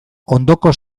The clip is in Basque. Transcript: ondoko